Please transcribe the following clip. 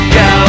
go